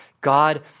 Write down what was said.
God